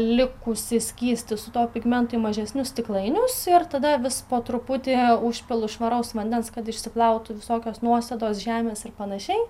likusį skystį su tuo pigmentu į mažesnius stiklainius ir tada vis po truputį užpilu švaraus vandens kad išsiplautų visokios nuosėdos žemės ir panašiai